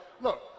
look